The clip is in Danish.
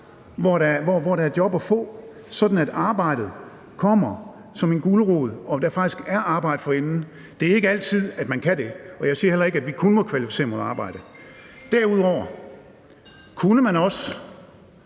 hvor der er job at få, sådan at arbejdet kommer som en gulerod og der faktisk er arbejde for enden. Det er ikke altid, at man kan det, og jeg siger heller ikke, at vi kun må kvalificere mod arbejde. Derudover kunne man også